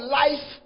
life